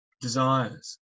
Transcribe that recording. desires